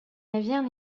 navires